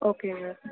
ஓகேங்க